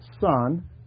son